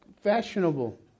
fashionable